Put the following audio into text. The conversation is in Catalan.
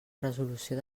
resolució